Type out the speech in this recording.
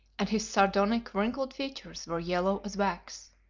and his sardonic, wrinkled features were yellow as wax.